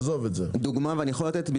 אני יכול לתת דוגמה מאתמול?